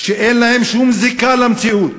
שאין להם שום זיקה למציאות,